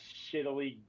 shittily